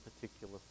particular